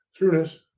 Throughness